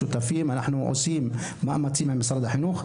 אנחנו שותפים ועושים מאמצים עם משרד החינוך,